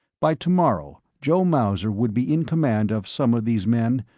by tomorrow, joe mauser would be in command of some of these men.